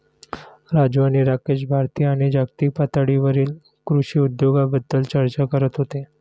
राजू आणि राकेश भारतीय आणि जागतिक पातळीवरील कृषी उद्योगाबद्दल चर्चा करत होते